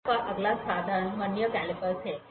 चर्चा का अगला साधन वर्नियर कैलिपर है